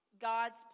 God's